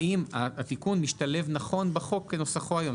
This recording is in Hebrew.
האם התיקון משתלב נכון בחוק כנוסחו היום.